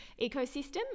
ecosystem